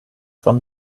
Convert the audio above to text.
from